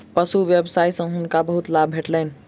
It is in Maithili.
पशु व्यवसाय सॅ हुनका बहुत लाभ भेटलैन